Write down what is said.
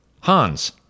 Hans